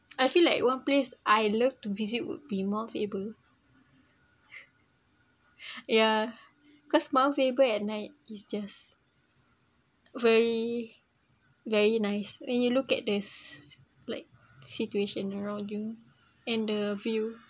I feel like one place I love to visit would be mount faber ya because mount faber at night it's just very very nice when you look at this like situation around you and the view